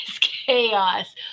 chaos